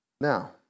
Now